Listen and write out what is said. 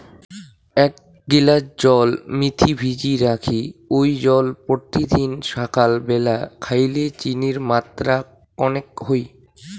এ্যাক গিলাস জল মেথি ভিজি রাখি ওই জল পত্যিদিন সাকাল ব্যালা খাইলে চিনির মাত্রা কণেক হই